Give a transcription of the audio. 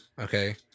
Okay